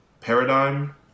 Paradigm